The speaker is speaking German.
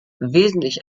wesentlich